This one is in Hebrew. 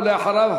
ולאחריו,